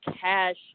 cash